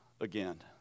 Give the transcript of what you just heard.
again